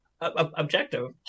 objective